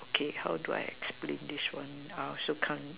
okay how do I explain this one I also can't